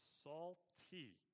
salty